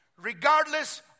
regardless